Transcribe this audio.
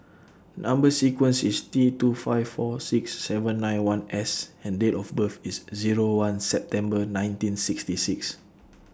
Number sequence IS T two five four six seven nine one S and Date of birth IS Zero one September nineteen sixty six